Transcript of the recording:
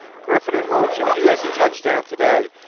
griffin in motion. he has a touchdown today.